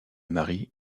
marie